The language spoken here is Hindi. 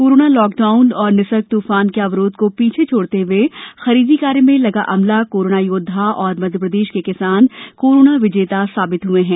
कोरोना लॉकडाउन और निसर्ग तूफान के अवरोध को पीछे छोड़ते हुए खरीदी कार्य में लगा अमला कोरोना योद्वा और मध्यप्रदेश के किसान कोरोना विजेता सिद्ध हुए हैं